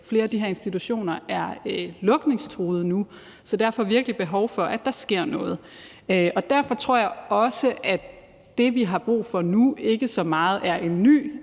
flere af de her institutioner er lukningstruede nu, så derfor er der virkelig behov for, at der sker noget. Derfor tror jeg også, at det, vi har brug for nu, ikke så meget er et nyt